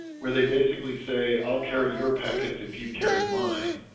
where they basically say i'll carry your packets if you carry mine,